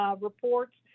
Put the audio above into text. reports